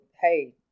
hey